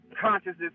consciousness